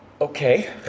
Okay